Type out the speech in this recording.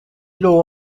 law